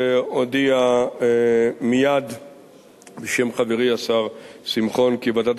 ואודיע מייד בשם חברי השר שמחון כי ועדת